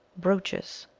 brooches.